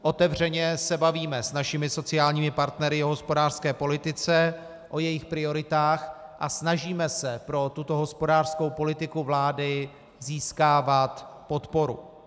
Otevřeně se bavíme s našimi sociálními partnery o hospodářské politice, o jejich prioritách a snažíme se pro tuto hospodářskou politiku vlády získávat podporu.